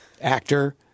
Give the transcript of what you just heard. actor